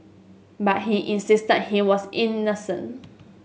but he insisted he was innocent